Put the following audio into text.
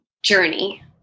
journey